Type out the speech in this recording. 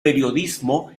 periodismo